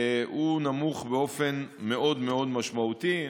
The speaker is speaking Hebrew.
הוא נמוך באופן מאוד מאוד משמעותי.